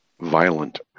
Violent